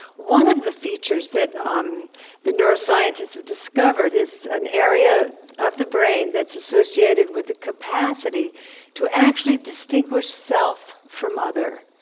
one of the features that um the neuroscientists have discovered is an area of the brain that's associated with the capacity to actually distinguish self from other.